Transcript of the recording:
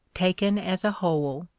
taken as a whole,